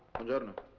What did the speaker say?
hundred and